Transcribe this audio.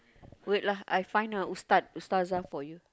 wait lah I find a Ustad Ustazah for you